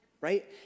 right